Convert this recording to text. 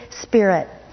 Spirit